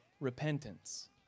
repentance